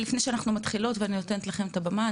לפני שאנחנו מתחילות ואני נותנת לכן את הבמה,